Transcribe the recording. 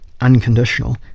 unconditional